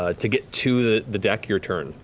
ah to get to the the deck, your turn,